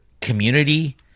community